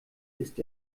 ist